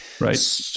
right